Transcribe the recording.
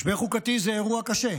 משבר חוקתי זה אירוע קשה,